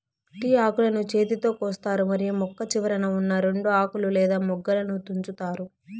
tea ఆకులను చేతితో కోస్తారు మరియు మొక్క చివరన ఉన్నా రెండు ఆకులు లేదా మొగ్గలను తుంచుతారు